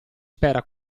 spera